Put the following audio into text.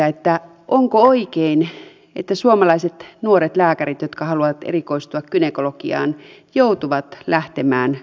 onko oikein että suomalaiset nuoret lääkärit jotka haluavat erikoistua gynekologiaan joutuvat lähtemään eurooppaan